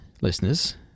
listeners